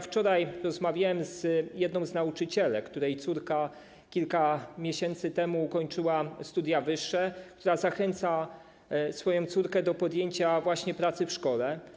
Wczoraj rozmawiałem z jedną z nauczycielek, której córka kilka miesięcy temu ukończyła studia wyższe, która zachęca swoją córkę do podjęcia właśnie pracy w szkole.